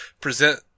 present